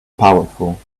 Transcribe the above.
powerful